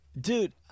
Dude